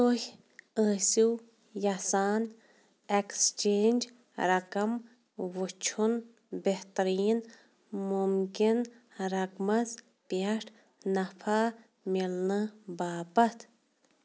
تُہۍ ٲسِو یژھان اٮ۪کٕسچینٛج رقم وُچھُن بہتریٖن مُمکِن رقمَس پٮ۪ٹھ نفع میلنہٕ باپتھ